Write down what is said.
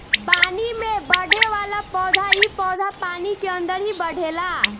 पानी में बढ़ेवाला पौधा इ पौधा पानी के अंदर ही बढ़ेला